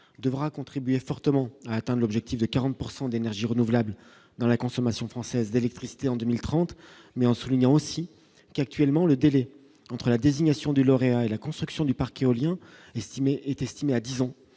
devra contribuer fortement atteint l'objectif de 40 pourcent d'énergies renouvelables dans la consommation française d'électricité en 2030, mais en soulignant aussi qu'actuellement, le délai entre la désignation du lauréat et la construction du parc éolien estimez est estimé à 10 ans